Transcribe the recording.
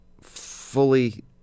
fully